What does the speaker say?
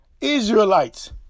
Israelites